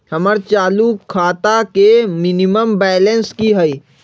हमर चालू खाता के मिनिमम बैलेंस कि हई?